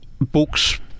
books